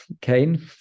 Kane